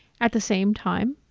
at the same time,